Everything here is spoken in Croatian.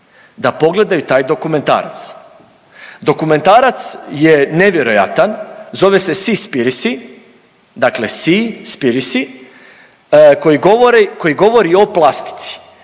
da pogledaju taj dokumentarac. Dokumentarac je nevjerojatan, zove se Sea spearicy, dakle Sea spearicy, koji govori o plastici.